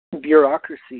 Bureaucracy